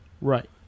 Right